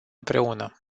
împreună